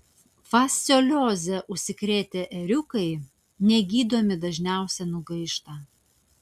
fasciolioze užsikrėtę ėriukai negydomi dažniausiai nugaišta